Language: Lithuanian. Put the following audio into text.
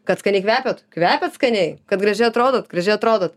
kad skaniai kvepiat kvepiat skaniai kad gražiai atrodote gražiai atrodot